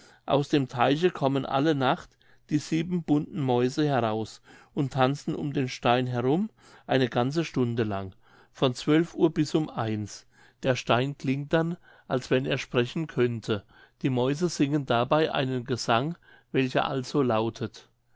aus dem teiche kommen alle nacht die sieben bunten mäuse heraus und tanzen um den stein herum eine ganze stunde lang von zwölf uhr bis um eins der stein klingt dann als wenn er sprechen könnte die mäuse singen dabei einen gesang welcher also lautet